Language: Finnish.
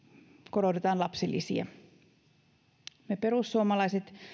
korotetaan lapsilisiä me perussuomalaiset